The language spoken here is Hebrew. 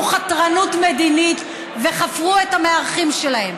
חתרנות מדינית וחפרו את המארחים שלהם,